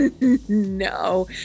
No